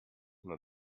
nur